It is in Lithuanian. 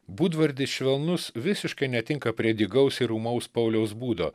būdvardis švelnus visiškai netinka prie dygaus ir ūmaus pauliaus būdo